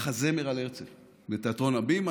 מחזמר על הרצל בתיאטרון הבימה.